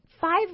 five